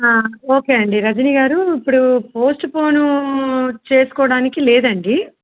okay అండి రజని గారు ఇప్పుడు postpone చేసుకోవడానికి లేదండి